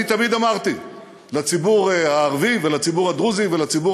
אני תמיד אמרתי לציבור הערבי ולציבור הדרוזי ולציבור